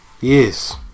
Yes